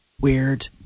weird